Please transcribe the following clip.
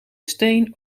steen